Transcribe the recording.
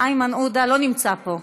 איימן עודה לא נמצא פה.